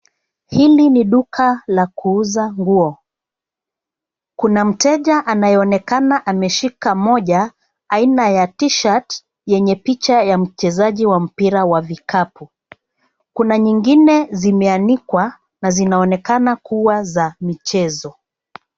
Hili ni duka la kuuza nguo. Kuna mteja anayeonekana ameshika moja aina ya t-shirt yenye picha ya mchezaji wa mpira wa vikapu. Kuna nyingine zimeanikwa na zinaonekana kuwa za michezo.